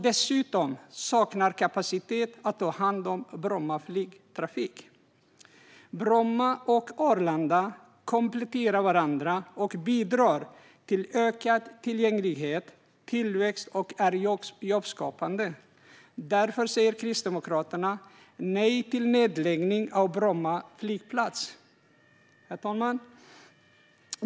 Dessutom saknar man kapacitet att ta hand om Brommas flygtrafik. Bromma och Arlanda kompletterar varandra och bidrar till ökad tillgänglighet, tillväxt och jobbskapande. Därför säger Kristdemokraterna nej till nedläggning av Bromma flygplats. Herr talman!